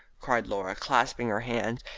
cried laura, clasping her hands.